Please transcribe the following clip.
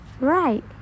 Right